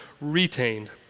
retained